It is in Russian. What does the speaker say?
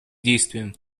действиям